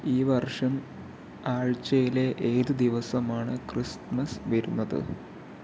ഈ വർഷം ആഴ്ചയിലെ ഏത് ദിവസമാണ് ക്രിസ്മസ് വരുന്നത്